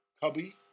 Cubby